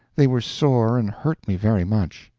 they were sore and hurt me very much.